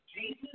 Jesus